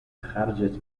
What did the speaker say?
خرجت